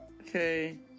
okay